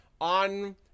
on